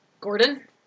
Gordon